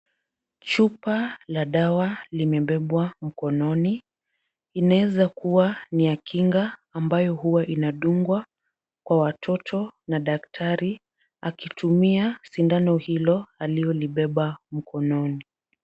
Chupa la dawa limebebwa mkononi. Inaweza kuwa ni la kinga ambayo huwa inadungwa kwa watoto na daktari akitumia sindano hilo aliyolibeba mkononi.